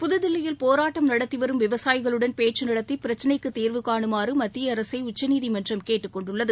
புதுதில்லியில் போராட்டம் நடத்திவரும் விவசாயிகளுடன் பேச்சு நடத்தி பிரச்னைக்கு தீர்வு கானுமாறு மத்திய அரசை உச்சநீதிமன்றம் கேட்டுக் கொண்டுள்ளது